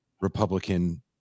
Republican